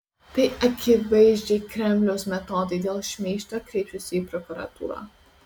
tai akivaizdžiai kremliaus metodai dėl šmeižto kreipsiuosi į prokuratūrą